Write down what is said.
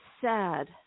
sad